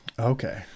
Okay